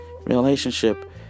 Relationship